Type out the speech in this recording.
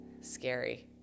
scary